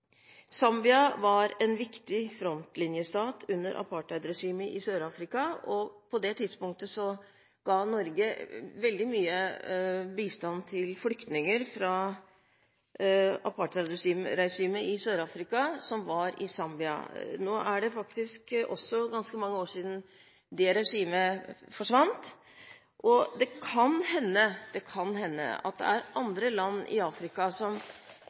Zambia var en viktig frontlinjestat under apartheidregimet i Sør-Afrika, og på det tidspunktet ga Norge veldig mye bistand til flyktninger fra Sør-Afrika som var i Zambia. Nå er det faktisk også ganske mange år siden det regimet forsvant, og det kan hende det er andre land i Afrika som